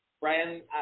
Brian